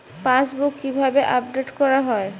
Passbook কিভাবে update করা হয়?